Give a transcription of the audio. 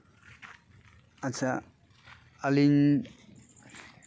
ᱟᱪᱪᱷᱟ ᱟᱹᱞᱤᱧ